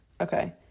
Okay